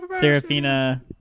Serafina